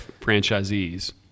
franchisees